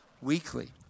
Weekly